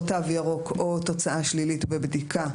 או תו ירוק או תוצאה שלילית בבדיקה,